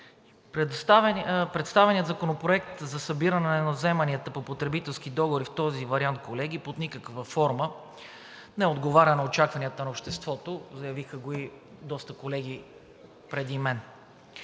Представеният законопроект за събиране на вземанията по потребителски договори в този вариант, колеги, под никаква форма не отговаря на очакванията на обществото. Заявиха го и доста колеги преди мен.